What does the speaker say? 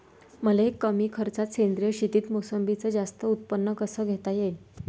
मले कमी खर्चात सेंद्रीय शेतीत मोसंबीचं जास्त उत्पन्न कस घेता येईन?